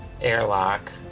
airlock